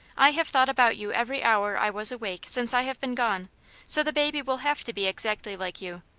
i have thought about you every hour i was awake since i have been gone so the baby will have to be exactly like you.